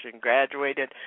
graduated